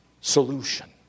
solution